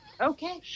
Okay